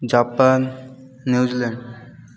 Japan New Zealand